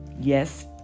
Yes